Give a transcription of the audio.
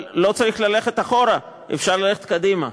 אבל לא צריך ללכת אחורה, אפשר ללכת קדימה.